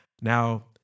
Now